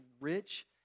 rich